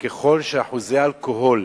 שככל שאחוזי האלכוהול